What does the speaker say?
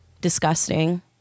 Disgusting